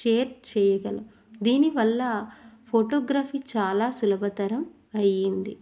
share చేయగలం దీనివల్ల photography చాలా సులభతరం అయ్యింది